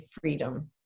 freedom